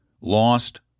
lost